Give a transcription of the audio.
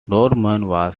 was